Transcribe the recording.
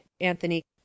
Anthony